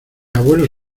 abuelos